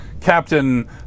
Captain